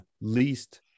least